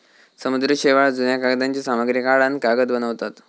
समुद्री शेवाळ, जुन्या कागदांची सामग्री काढान कागद बनवतत